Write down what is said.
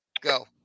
go